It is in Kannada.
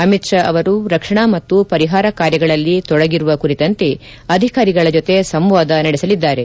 ಅಮಿತ್ ಶಾ ಅವರು ರಕ್ಷಣಾ ಮತ್ತು ಪರಿಹಾರ ಕಾರ್ಯಗಳಲ್ಲಿ ತೊಡಗಿರುವ ಕುರಿತಂತೆ ಅಧಿಕಾರಿಗಳ ಜೊತೆ ಸಂವಾದ ನಡೆಸಲಿದ್ದಾರೆ